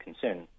concern